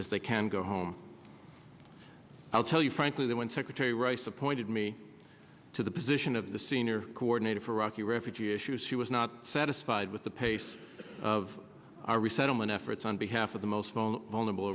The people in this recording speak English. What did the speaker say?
as they can go home i'll tell you frankly that when secretary rice appointed me to the position of the senior coordinator for iraqi refugee issues he was not satisfied with the pace of our resettlement efforts on behalf of the most small vulnerable